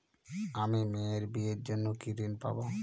আমি মেয়ের বিয়ের জন্য কি ঋণ পাবো?